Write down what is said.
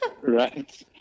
Right